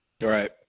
Right